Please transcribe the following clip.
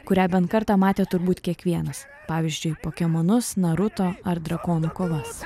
kurią bent kartą matė turbūt kiekvienas pavyzdžiui pokemonus naruto ar drakonų kovas